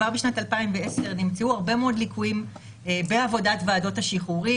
כבר בשנת 2010 נמצאו הרבה מאוד ליקויים בעבודת ועדות השחרורים.